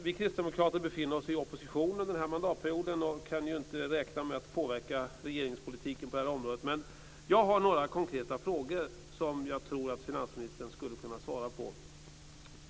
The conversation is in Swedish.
Vi Kristdemokrater befinner oss i opposition under denna mandatperiod, och kan inte räkna med att påverka regeringspolitiken på det här området. Men jag har några konkreta frågor som jag tror att finansministern skulle kunna svara på.